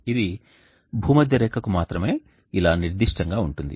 ఇది భూమధ్యరేఖకు మాత్రమే ఇలా నిర్దిష్టంగా ఉంటుంది